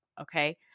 Okay